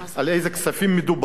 על איזה כספים מדובר,